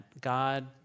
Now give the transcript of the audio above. God